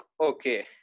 okay